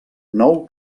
nou